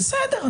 בסדר.